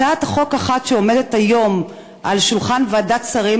הצעת חוק אחת שעומדת היום על שולחן ועדת שרים